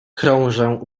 krążę